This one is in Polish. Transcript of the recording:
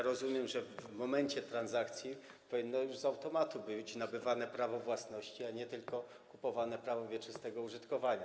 Rozumiem, że w momencie transakcji powinno już z automatu być nabywane prawo własności, a nie tylko kupowane prawo wieczystego użytkowania.